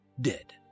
dead